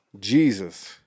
jesus